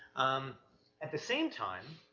um at the same time,